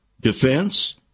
defense